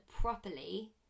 properly